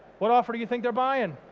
what offer do you think they're buying?